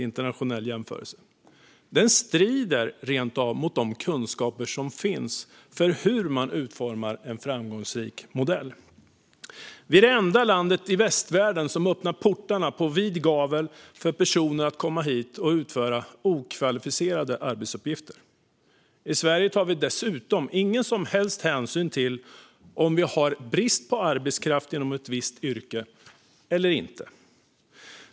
Det strider rent av mot de kunskaper som finns om hur man utformar en framgångsrik modell. Vi är det enda landet i västvärlden som öppnar portarna på vid gavel så att personer kan komma hit och utföra okvalificerade arbetsuppgifter. I Sverige tar vi dessutom ingen som helst hänsyn till om vi har brist på arbetskraft inom ett visst yrke eller inte.